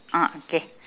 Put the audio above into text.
ah okay